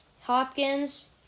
Hopkins